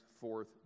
forth